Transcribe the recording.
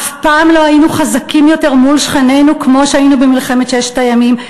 אף פעם לא היינו חזקים יותר מול שכנינו כמו שהיינו במלחמת ששת הימים,